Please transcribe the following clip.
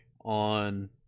on